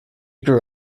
grew